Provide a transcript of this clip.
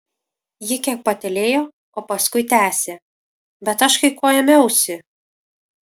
ji kiek patylėjo o paskui tęsė bet aš kai ko ėmiausi